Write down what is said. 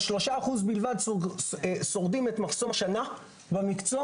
3% בלבד שורדים את מחסום השנה במקצוע.